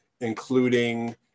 including